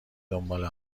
دنبال